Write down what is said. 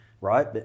right